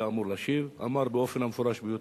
אמור להשיב אמר באופן המפורש ביותר: